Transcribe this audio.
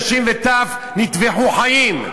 נשים וטף נטבחו חיים,